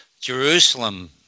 Jerusalem